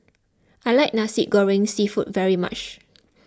I like Nasi Goreng Seafood very much